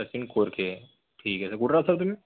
सचिन कोळके ठीक आहे सर कुठं राहता तुम्ही